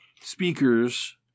speakers